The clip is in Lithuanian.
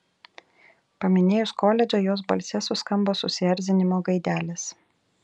paminėjus koledžą jos balse suskambo susierzinimo gaidelės